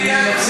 מפעל הפיס?